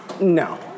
No